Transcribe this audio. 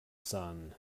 son